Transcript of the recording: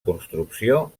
construcció